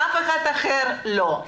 אף אחד אחר לא.